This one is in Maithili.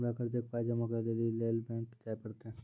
हमरा कर्जक पाय जमा करै लेली लेल बैंक जाए परतै?